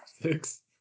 Six